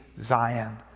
Zion